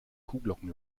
kuhglocken